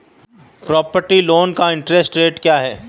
Property loan का interest rate क्या है?